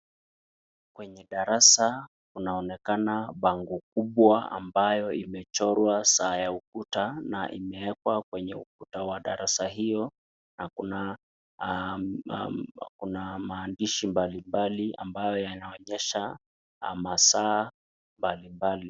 Kwenye darasa kunaonekana bango kubwa ambayo imechorwa saa ya ukuta na imeekwa kwenye ukuta wa darasa hio na kuna maandishi mbalimbali ambayo yanaonyesha masaa mbalimbali.